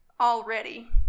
already